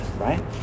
right